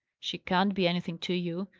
she can't be anything to you!